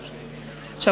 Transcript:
עכשיו,